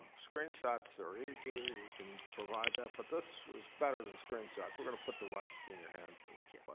screen shots are easy. we can provide that. but this was better than screen shots. we're going to put devices in your hands and let yeah